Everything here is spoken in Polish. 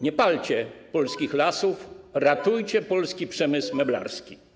Nie palcie polskich lasów, ratujcie polski przemysł meblarski.